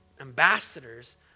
ambassadors